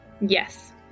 Yes